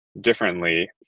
differently